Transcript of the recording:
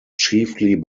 chiefly